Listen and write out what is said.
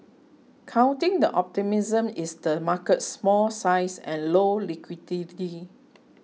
countering the optimism is the market's small size and low liquidity